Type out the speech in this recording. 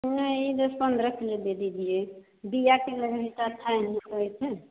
नहीं दस पन्द्रह किलो दे दीजिए बीया के लगने तो अच्छा है ना इसका वैसे